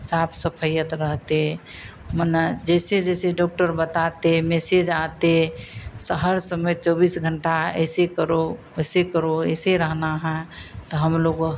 साफ सफइयत रहते मनो जैसे जैसे डॉक्टर बताते मेसेज आते हर समय चौबीस घंटे ऐसे करो वैसे करो ऐसे रहना है तो हम लोग